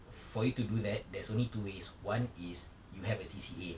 for you to do that there's only two ways one is you have a C_C_A